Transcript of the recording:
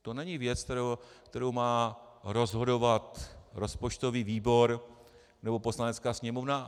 To není věc, kterou má rozhodovat rozpočtový výbor nebo Poslanecká sněmovna.